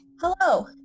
Hello